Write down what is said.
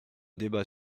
débat